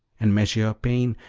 and measure your pain,